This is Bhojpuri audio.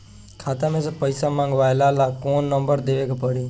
खाता मे से पईसा मँगवावे ला कौन नंबर देवे के पड़ी?